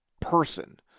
person